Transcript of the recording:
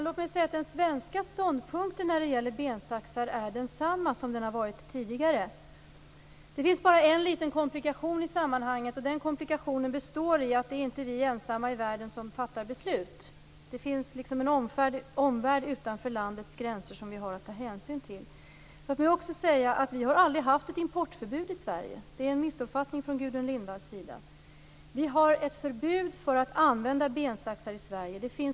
Fru talman! Den svenska ståndpunkten när det gäller bensaxar är densamma som den tidigare har varit. Det finns bara en liten komplikation i sammanhanget, och den komplikationen består i att det inte är vi ensamma i världen som fattar beslut. Det finns en omvärld utanför landets gränser som vi har att ta hänsyn till. Vi har aldrig haft något importförbud i Sverige. Det är en missuppfattning från Gudrun Lindvalls sida. Vi har i Sverige ett förbud mot att använda bensaxar.